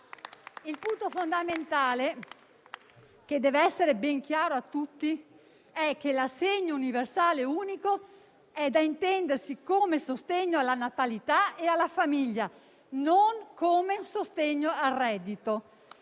Il punto fondamentale, che dev'essere ben chiaro a tutti, è che l'assegno universale unico è da intendersi come sostegno alla natalità e alla famiglia, non al reddito.